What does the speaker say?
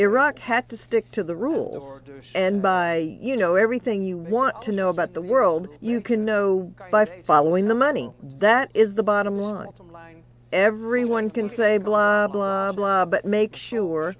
iraq had to stick to the rules and by you know everything you want to know about the world you can know by following the money that is the bottom line line everyone can say blah blah blah but make sure